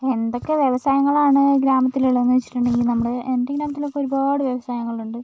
എന്തൊക്കെ വ്യവസായങ്ങളാണ് ഗ്രാമത്തിൽ ഉള്ളതെന്ന് വെച്ചിട്ടുണ്ടെങ്കിൽ നമ്മുടെ എൻറ്റെ ഈ ഗ്രാമത്തിലൊക്കെ ഒരുപാട് വ്യവസായങ്ങളുണ്ട്